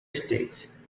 states